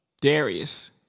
Darius